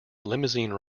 limousine